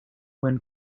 when